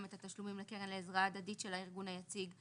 גם את התשלומים לקרן לעזרה הדדית של הארגון היציג,